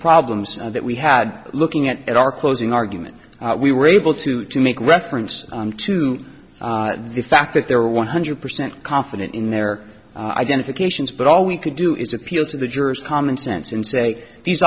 problems that we had looking at our closing argument we were able to to make reference to the fact that there were one hundred percent confident in their identifications but all we could do is appeal to the jurors common sense and say these